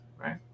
Right